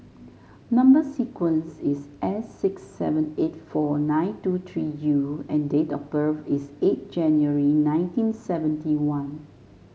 number sequence is S six seven eight four nine two three U and date of birth is eight January nineteen seventy one